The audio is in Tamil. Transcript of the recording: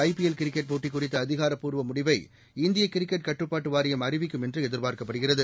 ஐபிஎல் கிரிக்கெட் போட்டி குறித்த அதிகாரப்பூர்வ முடிவை இந்திய கிரிக்கெட் கட்டுப்பாட்டு வாரியம் அறிவிக்கும் என்று எதிர்பார்க்கப்படுகிறது